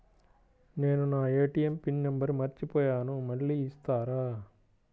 నేను నా ATM PIN number మర్చిపోయాను మళ్ళీ ఇస్తారా?